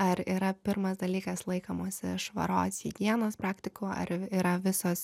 ar yra pirmas dalykas laikomasi švaros higienos praktikų ar yra visos